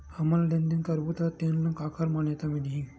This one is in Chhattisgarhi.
हमन लेन देन करबो त तेन ल काखर मान्यता मिलही?